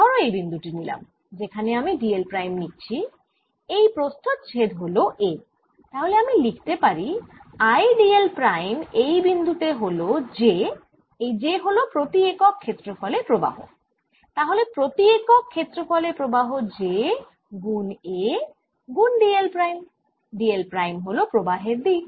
ধরো এই বিন্দু টি নিলাম যেখানে আমি d l প্রাইম নিচ্ছি এই প্রস্থচ্ছেদ হল a তাহলে আমি লিখতে পারি I d l প্রাইম এই বিন্দু তে হল j এই j হল প্রতি একক ক্ষেত্রফলে প্রবাহ তাহলে প্রতি একক ক্ষেত্রফলে প্রবাহ j গুন a গুন d l prime d l prime হল প্রবাহের দিক